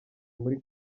muri